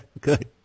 Good